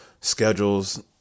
Schedules